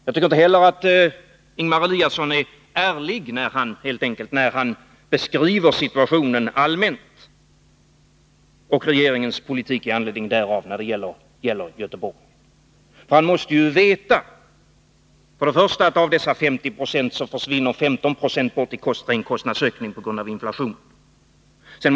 Jag tycker inte heller att Ingemar Eliasson är ärlig, helt enkelt, när han beskriver situationen allmänt och regeringens politik med anledning därav när det gäller sysselsättningen i Göteborg. Först och främst bör man då veta att av dessa 50 960 försvinner 15 26 på grund av kostnadsökningar förorsakade av inflationen.